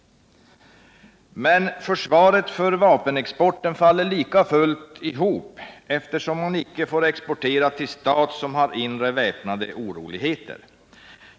Men försvaret för vapenexporten faller lika fullt ihop, eftersom man inte får exportera till ”stat som har inre väpnade oroligheter”.